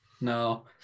No